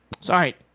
Sorry